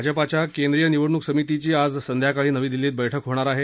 भाजपाच्या केंद्रीय निवडणूक समितीची आज संध्याकाळी नवी दिल्लीत बैठक होणार आहे